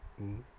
mm